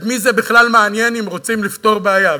את מי זה בכלל מעניין, אם רוצים לפתור בעיה?